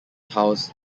house